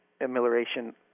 amelioration